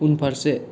उनफारसे